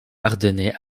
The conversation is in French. ardennais